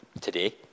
today